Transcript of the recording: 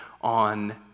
on